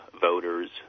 voters